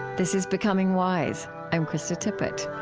this is becoming wise. i'm krista tippett